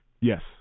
Yes